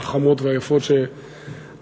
החמות והיפות שנתת,